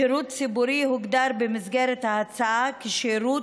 שירות ציבורי הוגדר במסגרת ההצעה כשירות